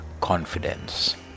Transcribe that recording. confidence